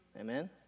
Amen